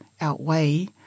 outweigh